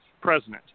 president